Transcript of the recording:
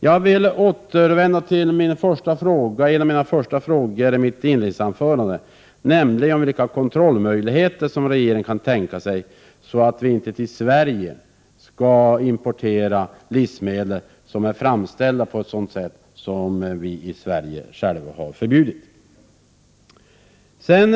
Jag vill återvända till en av mina första frågor i mitt inledningsanförande, nämligen den om vilka kontrollmöjligheter regeringen kan tänka sig för att vi till Sverige inte skall importera livsmedel framställda på ett sätt som är förbjudet i Sverige.